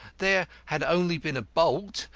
there had only been a bolt,